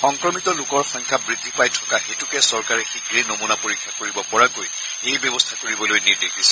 সংক্ৰমিত লোকৰ সংখ্যা বৃদ্ধি পাই থকা হেতুকে চৰকাৰে শীঘ্নে নমুনা পৰীক্ষা কৰিব পৰাকৈ এই ব্যৱস্থা কৰিবলৈ নিৰ্দেশ দিছে